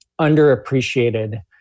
underappreciated